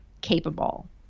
capable